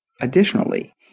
Additionally